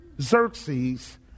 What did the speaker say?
Xerxes